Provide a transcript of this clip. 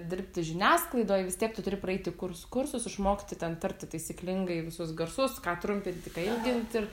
dirbti žiniasklaidoj vis tiek tu turi praeiti kurs kursus išmokti ten tarti taisyklingai visus garsus ką trumpinti ką ilginti